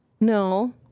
No